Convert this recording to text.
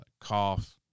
cough